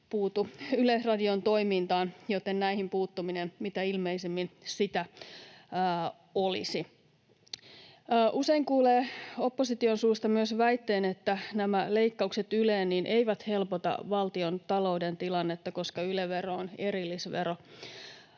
puutu Yleisradion toimintaan, joten näihin puuttuminen mitä ilmeisemmin sitä olisi. Usein kuulee opposition suusta myös väitteen, että nämä leikkaukset Yleen eivät helpota valtiontalouden tilannetta, koska Yle-vero on erillisvero.